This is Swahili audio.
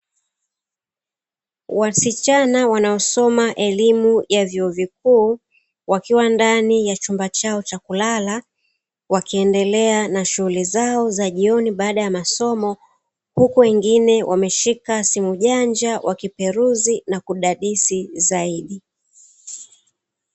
Wasichana wanaosoma elimu ya vyuo vikuu, wakiwa ndani ya chumba chao cha kulala, wakiendela na shughuli zao za jioni baada ya masomo huku wengine wameshika simu janja wakiperuzi na kidadisi zaidi.